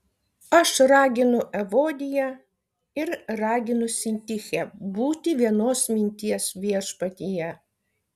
aš raginu evodiją ir raginu sintichę būti vienos minties viešpatyje